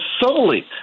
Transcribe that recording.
solely